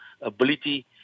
ability